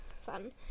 fun